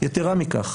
יתרה מכך.